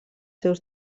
seus